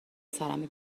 سرمه